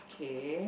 K